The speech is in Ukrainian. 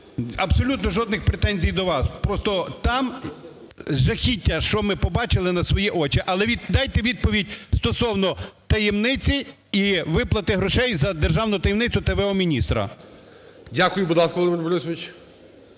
Абсолютно жодних претензій до вас – просто там жахіття, що ми побачили на свої очі. Але дайте відповідь стосовно таємниці і виплати грошей за державну таємницю т.в.о.міністру. ГОЛОВУЮЧИЙ. Дякую. Будь ласка, Володимир Борисович.